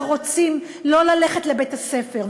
ורוצים לא ללכת לבית-הספר,